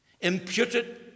imputed